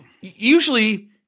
usually